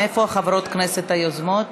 איפה חברות הכנסת היוזמות?